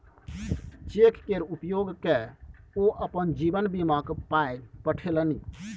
cheque केर उपयोग क कए ओ अपन जीवन बीमाक पाय पठेलनि